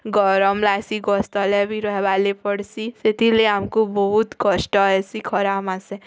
ଗରମ୍ ଲାଗ୍ସି ଗଛ୍ ତଲେ ବି ରହିବାର୍ ଲାଗି ପଡ଼୍ସି ସେଥିର୍ ଲାଗି ଆମକୁ ବହୁତ୍ କଷ୍ଟ ହେସି ଖରା ମାସେ